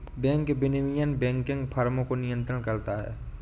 bank विनियमन banking फ़र्मों को नियंत्रित करता है